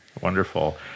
Wonderful